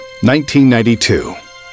1992